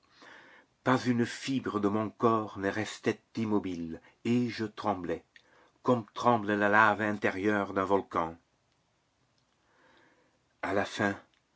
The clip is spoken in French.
pas une fibre de mon corps ne restait immobile et je tremblais comme tremble la lave intérieure d'un volcan a la fin